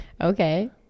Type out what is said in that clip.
okay